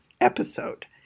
episode